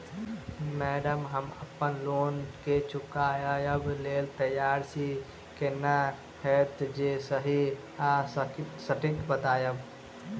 Madam हम अप्पन loan केँ चुकाबऽ लैल तैयार छी केना हएत जे सही आ सटिक बताइब?